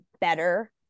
better